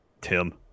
Tim